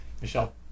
Michelle